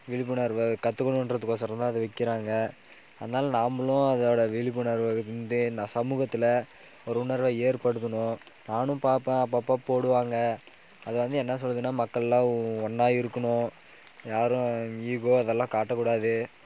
விழிப்புணர்வை கற்றுக்கணுன்றதுக்கு ஒசரோந்தான் அது வைக்கிறாங்க அதனால் நம்பளும் அதோட விழிப்புணர்வை இருந்தே நாம் சமூகத்தில் ஒரு உணர்வை ஏற்படுத்தணும் நானும் பார்ப்பேன் அப்பப்போ போடுவாங்க அது வந்து என்ன சொல்லுதுனா மக்கள்லாம் ஒன்னாக இருக்கணும் யாரும் ஈகோ அதெல்லாம் காட்டக்கூடாது